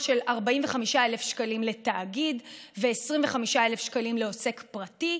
45,000 שקלים לתאגיד ו-25,000 שקלים לעוסק פרטי,